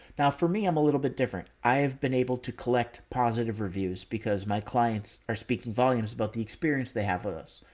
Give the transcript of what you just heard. now for me, i'm a little bit different. i've been able to collect positive reviews because my clients are speaking volumes, but the experience they have with us.